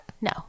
No